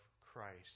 Christ